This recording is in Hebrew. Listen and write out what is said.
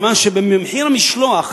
מכיוון שבמחיר המשלוח,